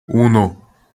uno